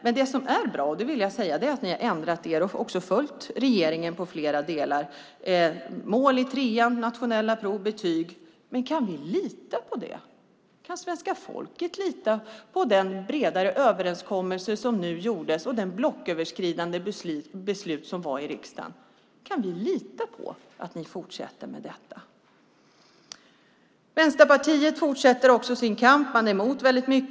Men det som är bra - det vill jag säga - är att ni har ändrat er och också följt regeringen i flera delar när det gäller mål i trean, nationella prov och betyg. Men kan vi lita på det? Kan svenska folket lita på den breda överenskommelse som nu gjordes och det blocköverskridande beslut som fattades i riksdagen? Kan vi lita på att ni fortsätter med detta? Vänsterpartiet fortsätter också sin kamp. Man är mot väldigt mycket.